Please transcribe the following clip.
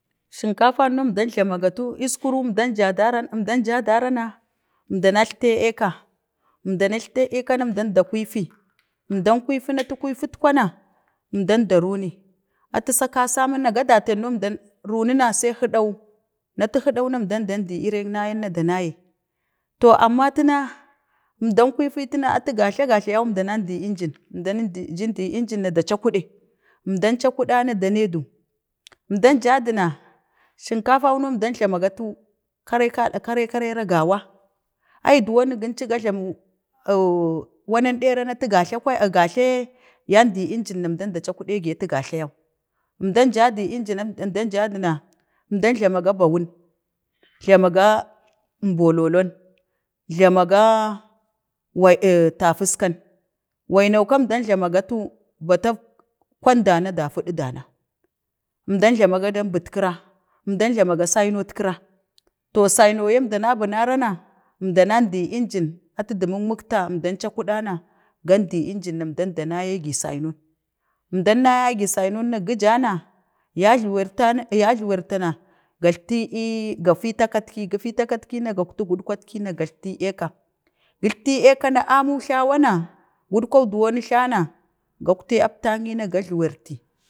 sinkafan no əmdam jlamagatu əskur əmdan ga daya əmda ja darana, amdanik tera weka, əmdajla tatu weka nun əmdan da kaifi əmdan kuifi za atu kuifit kwana, əmdan da runi, atu sa kasammuna ga datan, no əmda runi na sai atu hiɗawu, na tu hiduwu na se əmda dan di irek na yan na da naya to amma tina əman kuifiti na atu gajla, gojla yau men əmdan di engin əmdan di engi, na da cakude, əmdan cakuɗe na da ne du əmdan ja duna, sinkafan no əmda jlama gatu kare ka, kare, kare ra gawa, ai duwon gincu ga jlami ohoo wanan ɗera atu gajla-gajla ye yamdi enjin na əmda da cakudi gi atu gajla yau, əmdan ji di engi, mdan ja du na, əmdan jlamga bawun, jlama ga bololan, jlamaga wai, tapuskan waina kam, əmda jlama gatu bata, kwan dana, da fuɗu dana, əmdan jlama ga dambuk kira əmda jlama ga sainatkira, to saina ye əmda na nunaran əmda nan di enjin atu ɗa makmakta əmdan cakuda na hgam di enji əmdan da naye gi sainon, əmdan ya ye go sainu na gi ya na, ya jluwaita na galtti ee, ga fita katki, gi fi ti akatki na gatti gurkwat ki na gulati ceka, gajlati eeka na amu jlana wana, gutkwau duwan flana, guktai aptanayi ga jluwarti